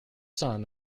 son